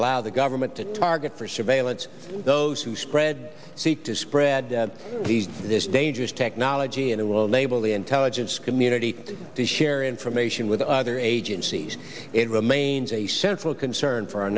allow the government to target for surveillance those who spread seek to spread this dangerous technology and it will enable the intelligence community to share information with other agencies it remains a central concern for our